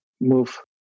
move